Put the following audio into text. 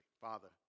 Father